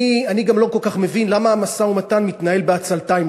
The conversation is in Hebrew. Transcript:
אני גם לא כל כך מבין למה המשא-ומתן מתנהל בעצלתיים,